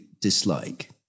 dislike